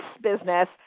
business